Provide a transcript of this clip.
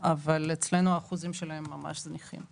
אבל אצלנו האחוזים שלהם ממש זניחים.